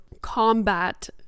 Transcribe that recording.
combat